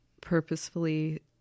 purposefully